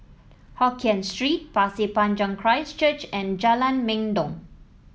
Hokien Street Pasir Panjang Christ Church and Jalan Mendong